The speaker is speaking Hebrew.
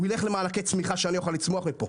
הוא ילך למענקי צמיחה כדי שאני אוכל לצמוח מפה,